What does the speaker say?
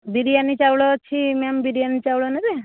ବିରିୟାନି ଚାଉଳ ଅଛି ମ୍ୟାମ୍ ବିରିୟାନି ଚାଉଳ ନେବେ